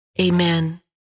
Amen